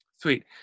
Sweet